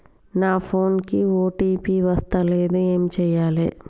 నా ఫోన్ కి ఓ.టీ.పి వస్తలేదు ఏం చేయాలే?